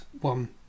one